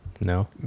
No